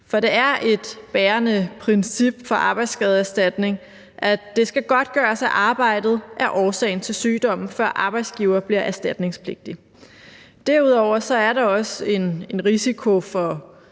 for det er et bærende princip for arbejdsskadeerstatning, at det skal godtgøres, at arbejdet er årsagen til sygdommen, før arbejdsgiver bliver erstatningspligtig. Derudover er der også en risiko for